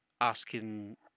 asking